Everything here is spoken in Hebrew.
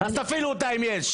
אז תפעילו אותה אם יש.